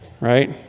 right